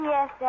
Yes